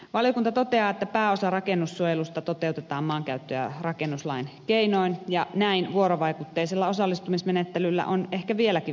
valiokunta toteaa että pääosa rakennussuojelusta toteutetaan maankäyttö ja rakennuslain keinoin ja näin vuorovaikutteisella osallistumismenettelyllä on ehkä vieläkin vahvempi asema